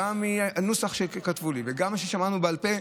גם מהנוסח שכתבו לי וגם ממה ששמענו בעל פה,